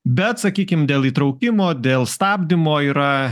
bet sakykim dėl įtraukimo dėl stabdymo yra